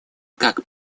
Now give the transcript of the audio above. как